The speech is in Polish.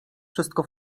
wszystko